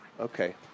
Okay